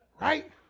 Right